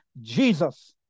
jesus